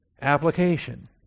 application